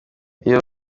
iyo